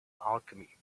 alchemy